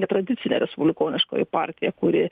netradicinė respublikoniškoji partija kuri